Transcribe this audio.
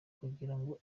kugirango